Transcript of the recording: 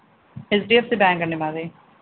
HDFC bank అండి మాది